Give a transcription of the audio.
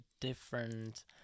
different